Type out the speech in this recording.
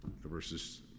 verses